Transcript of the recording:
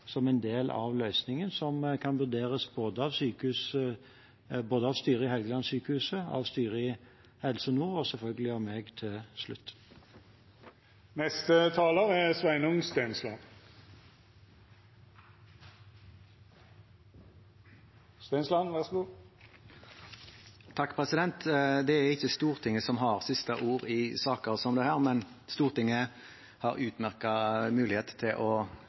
men en tosykehusmodell er fortsatt på bordet som en del av løsningen, som kan vurderes både av styret i Helgelandssykehuset, av styret i Helse Nord og selvfølgelig av meg til slutt. Det er ikke Stortinget som har siste ord i saker som dette, men Stortinget har en utmerket mulighet til å